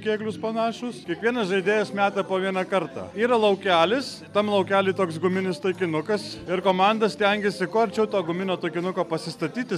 kėglius panašūs kiekvienas žaidėjas meta po vieną kartą yra laukelis tam laukely toks guminis taikinukas ir komanda stengiasi kuo arčiau to guminio taikinuko pasistatyti